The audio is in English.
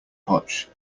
potch